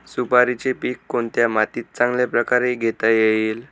सुपारीचे पीक कोणत्या मातीत चांगल्या प्रकारे घेता येईल?